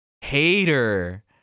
Hater